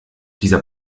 dieser